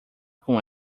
com